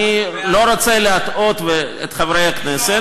אני לא רוצה להטעות את חברי הכנסת,